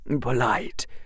polite